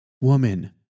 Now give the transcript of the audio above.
Woman